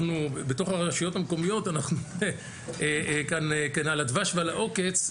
בתוך הרשויות המקומיות אנחנו כאן על הדבש ועל העוקץ,